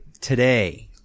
Today